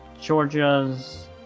Georgia's